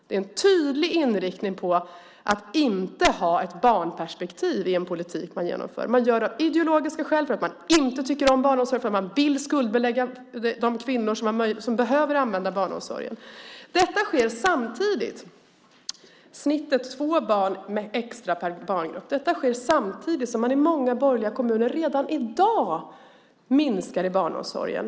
Det är en tydlig inriktning på att inte ha ett barnperspektiv i den politik man genomför. Man gör det av ideologiska skäl för att man inte tycker om barnomsorgen, för att man vill skuldbelägga de kvinnor som behöver använda barnomsorgen. Det blir i snitt två barn extra per barngrupp. Detta sker samtidigt som man i många borgerliga kommuner redan i dag minskar personalresurserna i barnomsorgen.